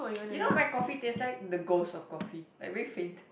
you know my coffee taste like the ghost of coffee like very faint